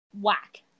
whack